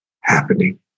happening